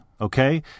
okay